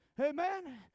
Amen